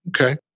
Okay